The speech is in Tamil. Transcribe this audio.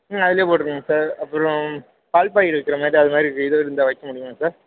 ம் அதில் போட்டுக்கலாங்க சார் அப்புறோம் பால் பாக்கெட் வைக்கிற மாதிரி அது மாதிரி வி இது இருந்தால் வைக்க முடியுமா சார்